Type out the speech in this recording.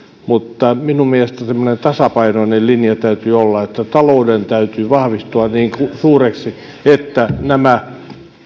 mutta minun mielestäni semmoinen tasapainoinen linja täytyy olla että talouden täytyy vahvistua niin suureksi että nämä